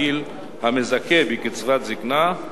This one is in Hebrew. הגיל המזכה בקצבת זיקנה,